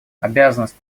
обязанность